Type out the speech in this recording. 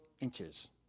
inches